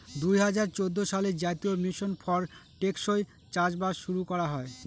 দুই হাজার চৌদ্দ সালে জাতীয় মিশন ফর টেকসই চাষবাস শুরু করা হয়